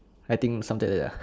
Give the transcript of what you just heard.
I think something like that